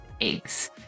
eggs